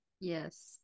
Yes